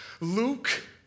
Luke